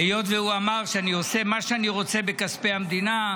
-- היות שהוא אמר שאני עושה מה שאני רוצה בכספי המדינה,